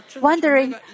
Wondering